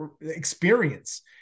experience